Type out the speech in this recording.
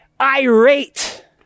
irate